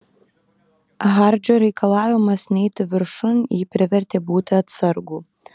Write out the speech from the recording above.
hardžio reikalavimas neiti viršun jį privertė būti atsargų